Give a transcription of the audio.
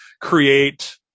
create